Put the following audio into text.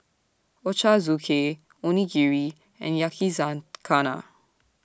Ochazuke Onigiri and Yakizakana